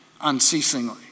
unceasingly